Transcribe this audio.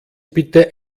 bitte